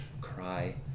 cry